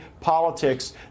politics